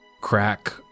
crack